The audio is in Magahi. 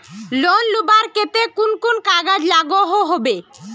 लोन लुबार केते कुन कुन कागज लागोहो होबे?